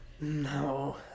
No